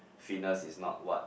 fitness is not what